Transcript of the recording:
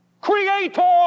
creator